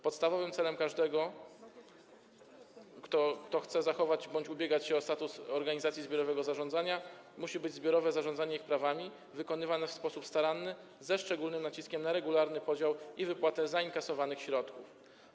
Podstawowym celem każdego, kto chce zachować bądź ubiegać się o status organizacji zbiorowego zarządzania, musi być zbiorowe zarządzanie ich prawami, wykonywane w sposób staranny, ze szczególnym naciskiem na regularny podział i wypłatę zainkasowanych środków.